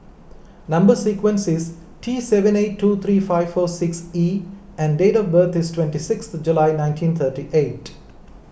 Number Sequence is T seven eight two three five four six E and date of birth is twenty sixth July nineteen thirty eight